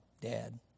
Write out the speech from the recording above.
dad